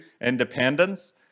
Independence